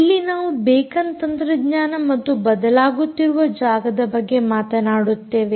ಇಲ್ಲಿ ನಾವು ಬೇಕನ್ತಂತ್ರಜ್ಞಾನ ಮತ್ತು ಬದಲಾಗುತ್ತಿರುವ ಜಾಗದ ಬಗ್ಗೆ ಮಾತನಾಡುತ್ತೇವೆ